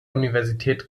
universität